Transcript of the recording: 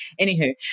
anywho